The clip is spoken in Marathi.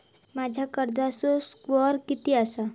माझ्या कर्जाचो स्कोअर किती आसा?